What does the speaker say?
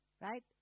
Right